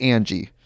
Angie